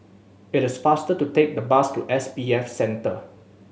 it is faster to take the bus to S B F Center